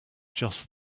just